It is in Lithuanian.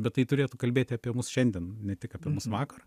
bet tai turėtų kalbėti apie mus šiandien ne tik apie mus vakar